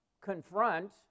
confront